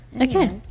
okay